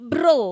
Bro